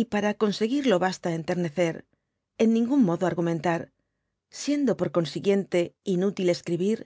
y para conseguirlo basta enternecer en ninguno modo argumentar siendo por consiguiente inútil escribir